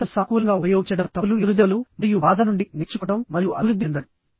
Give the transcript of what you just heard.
ప్రతికూలతను సానుకూలంగా ఉపయోగించడంః తప్పులు ఎదురుదెబ్బలు మరియు బాధల నుండి నేర్చుకోవడం మరియు అభివృద్ధి చెందడం